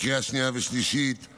בקריאה שנייה ושלישית את